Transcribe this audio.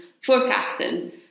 forecasting